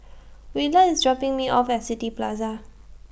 Willard IS dropping Me off At City Plaza